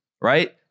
right